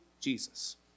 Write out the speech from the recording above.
Jesus